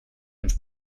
ens